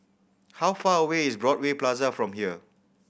how far away is Broadway Plaza from here